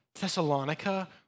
Thessalonica